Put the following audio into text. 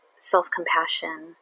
self-compassion